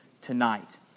tonight